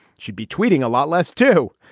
she'd be tweeting a lot less, too.